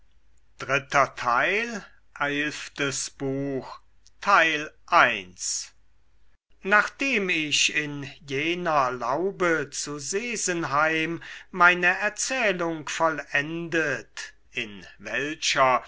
nachdem ich in jener laube zu sesenheim meine erzählung vollendet in welcher